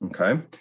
Okay